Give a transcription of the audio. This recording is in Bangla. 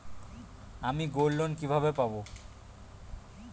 আমি গোল্ডলোন কিভাবে পাব?